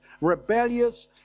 rebellious